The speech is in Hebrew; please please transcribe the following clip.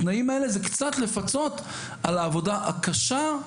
התנאים האלה זה קצת לפצות על העבודה הקשה,